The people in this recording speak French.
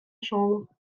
chambre